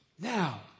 Now